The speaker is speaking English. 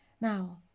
now